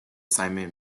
simon